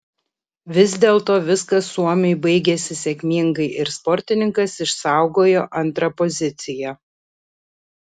vis dėlto viskas suomiui baigėsi sėkmingai ir sportininkas išsaugojo antrą poziciją